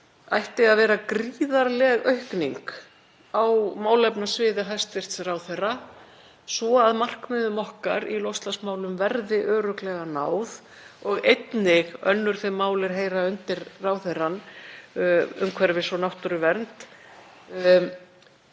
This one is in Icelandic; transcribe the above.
ætti að vera gríðarleg aukning á málefnasviði hæstv. ráðherra svo að markmiðum okkar í loftslagsmálum verði örugglega náð og einnig önnur þau mál er heyra undir ráðherrann, umhverfis- og náttúruvernd.